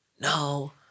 No—